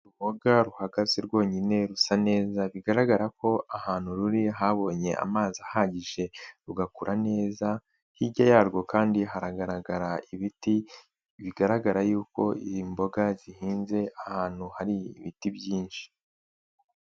Urubuga ruhagaze rwonyine rusa neza bigaragara ko ahantu ruri habonye amazi ahagije rugakura neza, hirya yarwo kandi hagaragara ibiti bigaragara yuko imboga zihinze ahantu hari ibiti byinshi.